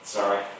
Sorry